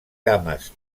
cames